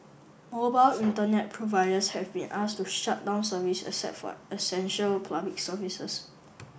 Mobile Internet providers have been asked to shut down service except for essential public services